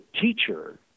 teacher